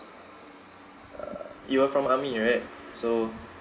uh you were from army right so